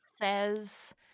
says